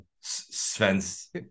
Sven's